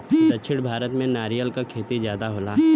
दक्षिण भारत में नरियर क खेती जादा होला